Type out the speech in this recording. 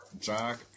Jack